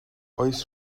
oes